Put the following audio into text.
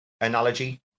analogy